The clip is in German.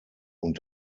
und